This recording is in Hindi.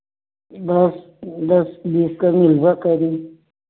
दस दस बीस तक मिलबा करी